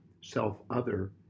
self-other